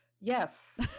yes